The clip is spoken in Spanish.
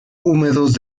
húmedos